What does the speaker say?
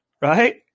right